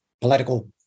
political